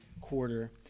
quarter